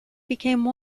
became